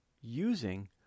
using